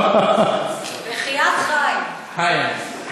בחייאת, חיים.